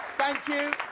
thank you.